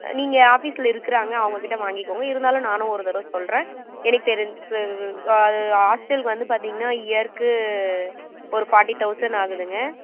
நீங்கள் ஆஃபிஸில் இருக்கிறாங்க அவங்ககிட்ட வாங்கிக்கோங்க இருந்தாலும் நானும் ஒரு தடவ சொல்லுற எனக்கு தெரிஞ்சி ஹாஸ்டல்க்கு வந்து பாத்தீங்கன்னா இயர்க்கு ஒரு ஃபார்ட்டி தவுசன் ஆகுதுங்க